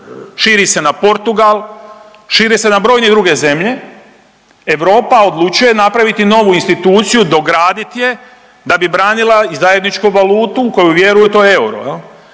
širi se na Portugal, širi se na brojne druge zemlja, Europa odlučuje napraviti novu instituciju, dogradit je da bi branila i zajedničku valutu koju vjeruju to je euro.